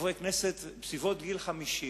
חברי כנסת בסביבות גיל 50,